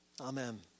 Amen